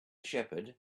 shepherd